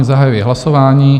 Zahajuji hlasování.